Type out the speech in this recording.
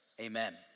Amen